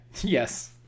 Yes